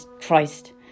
Christ